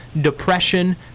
depression